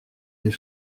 des